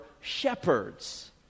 shepherds